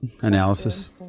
analysis